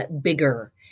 bigger